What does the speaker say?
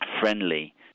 friendly